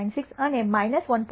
96 અને 1